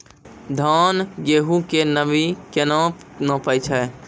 धान, गेहूँ के नमी केना नापै छै?